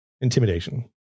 Intimidation